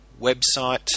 website